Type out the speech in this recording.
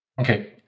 Okay